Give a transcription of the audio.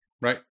Right